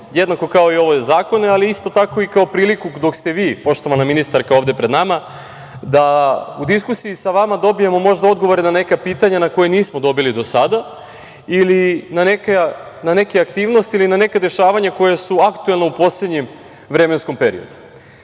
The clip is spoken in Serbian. jednako kao i ove zakone, ali isto tako kao i priliku dok ste vi, poštovana ministarka ovde pred nama, da u diskusiji sa vama dobijemo možda odgovore na neka pitanja koja nismo dobili do sada ili na neke aktivnosti ili na neka dešavanja koja su aktuelna u poslednjem vremenskom periodu. Ovde